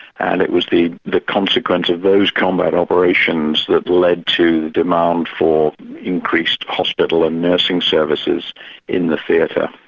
and it was the the consequence of those combat operations that led to demand for increased hospital and nursing services in the theatre.